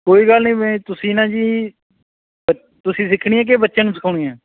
ਕੋਈ ਗੱਲ ਨਹੀਂ ਵੀ ਤੁਸੀਂ ਨਾ ਜੀ ਤੁਸੀਂ ਸਿੱਖਣੀ ਹੈ ਕਿ ਬੱਚਿਆਂ ਨੂੰ ਸਿਖਾਉਣੀ ਹੈ